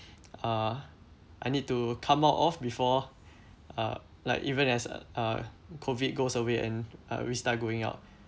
uh I need to come out of before uh like even as uh COVID goes away and uh we start going out